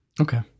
Okay